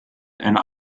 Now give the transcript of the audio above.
and